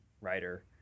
writer